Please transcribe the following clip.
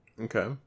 Okay